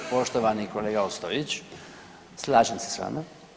Poštovani kolega Ostojić, slažem se sa vama.